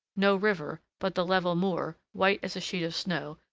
no river, but the level moor, white as a sheet of snow,